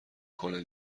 کنه